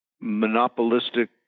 monopolistic